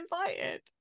invited